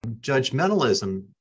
Judgmentalism